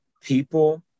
people